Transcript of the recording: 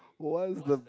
what's the